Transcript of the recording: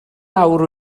awr